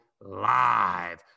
live